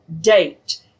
date